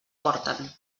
porten